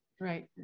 Right